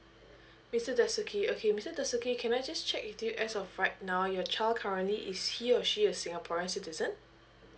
mister dasuki okay mister dasuki can I just check with you as of right now your child currently is he or she a singaporeans citizen